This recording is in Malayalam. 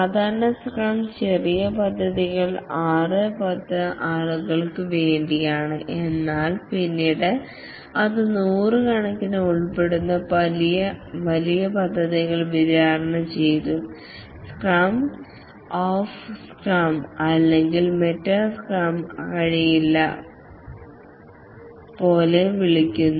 സാധാരണ സ്ക്രം ചെറിയ പദ്ധതികൾ 6 10 ആളുകൾക്ക് വേണ്ടിയാണ് എന്നാൽ പിന്നീട് അത് നൂറുകണക്കിന് ഉൾപ്പെടുന്ന വലിയ പദ്ധതികൾ വിചാരണ ചെയ്തു സ്ക്രം ഓഫ് സ്ക്രം അല്ലെങ്കിൽ മെറ്റാ സ്ക്രം എന്ന് വിളിക്കുന്നു